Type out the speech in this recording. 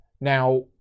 Now